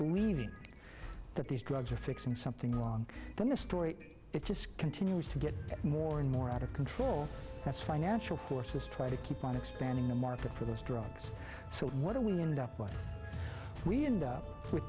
believing that these drugs are fixing something wrong then the story that just continues to get more and more out of control that's financial forces try to keep on expanding the market for these drugs so what do we end up what we end up with